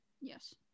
Yes